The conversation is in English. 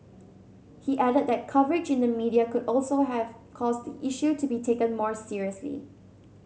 he added that coverage in the media could also have caused the issue to be taken more seriously